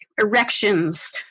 erections